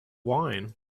wine